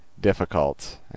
difficult